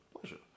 Pleasure